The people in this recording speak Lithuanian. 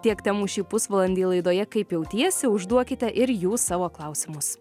tiek temų šį pusvalandį laidoje kaip jautiesi užduokite ir jūs savo klausimus